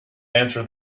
answer